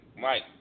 Mike